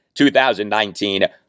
2019